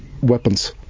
weapons